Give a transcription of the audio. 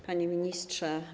Panie Ministrze!